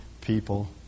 people